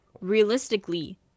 realistically